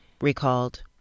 recalled